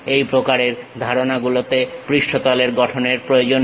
এই প্রকারের ধারণা গুলোতে পৃষ্ঠতলের গঠনের প্রয়োজন হয়